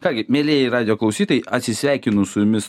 ką gi mielieji radijo klausytojai atsisveikinu su jumis